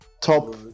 top